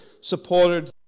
supported